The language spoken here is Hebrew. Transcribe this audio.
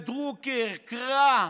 את דרוקר, קרא,